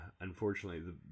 unfortunately